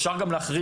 אפשר גם להחריג,